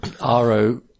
R-O